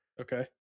Okay